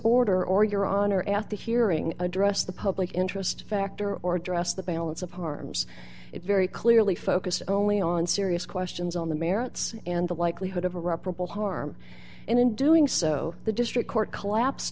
order or your honor at the hearing addressed the public interest factor or addressed the balance of harms it very clearly focused only on serious questions on the merits and the likelihood of irreparable harm and in doing so the district court collapsed